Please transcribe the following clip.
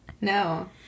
No